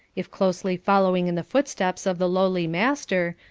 if closely following in the footsteps of the lowly master,